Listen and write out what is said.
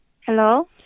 Hello